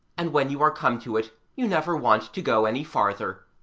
and when you are come to it you never want to go any farther.